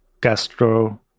gastro